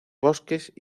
bosques